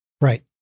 Right